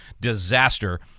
disaster